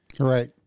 Right